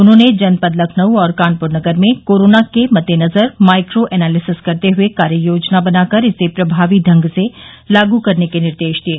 उन्होंने जनपद लखनऊ और कानपुर नगर में कोरोना के मद्देनजर माइक्रो एनालिसिस करते हुए कार्य योजना बनाकर इसे प्रभावी ढंग से लागू करने के निर्देश दिये